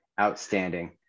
Outstanding